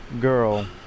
Girl